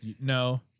No